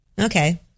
Okay